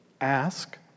Ask